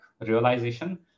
realization